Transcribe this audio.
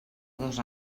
dos